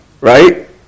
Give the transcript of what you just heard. right